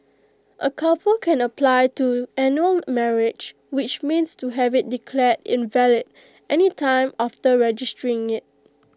A couple can apply to annul their marriage which means to have IT declared invalid any time after registering IT